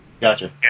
Gotcha